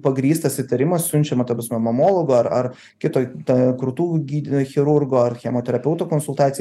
pagrįstas įtarimas siunčiama ta prasme mamologui ar ar kito ten krūtų gydy chirurgo ar chemoterapeuto konsultacijai